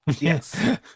yes